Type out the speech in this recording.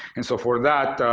and so for that,